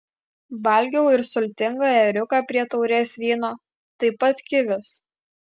valgiau ir sultingą ėriuką prie taurės vyno taip pat kivius